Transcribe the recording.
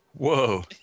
Whoa